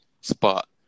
spot